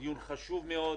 הוא דיון חשוב מאוד.